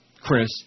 Chris